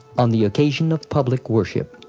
on the occasion of public worship.